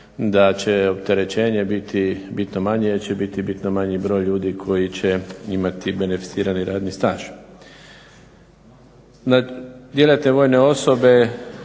da će opterećenje biti bitno manje, jer će biti bitno manji broj ljudi koji će imati beneficirani radni staž. Djelatne vojne osobe,